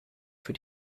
für